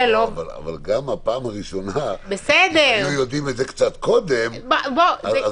אבל גם בפעם הראשונה אם היינו יודעים את זה קצת קודם --- זה